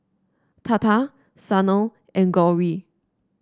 Tata Sanal and Gauri